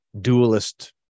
dualist